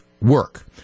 work